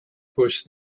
pushed